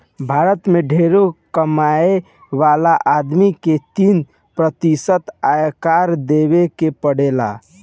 भारत में ढेरे कमाए वाला आदमी के तीस प्रतिशत आयकर देवे के पड़ेला